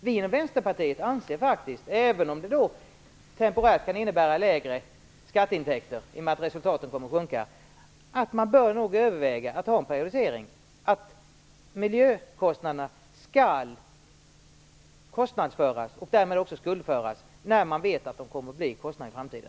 Vi i Vänsterpartiet anser faktiskt, även om det temporärt kan innebära lägre skatteintäkter i och med att resultatet kommer att sjunka, att man nog bör överväga att ha en periodisering och att miljökostnaderna skall kostnadsföras och därmed också skuldföras när man vet att det kommer att bli kostnader i framtiden.